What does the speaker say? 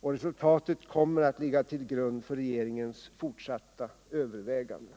och resultaten kommer att ligga till grund för regeringens fortsatta överväganden.